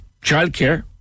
Childcare